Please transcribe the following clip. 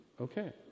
Okay